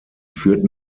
führt